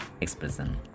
expression